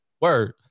Word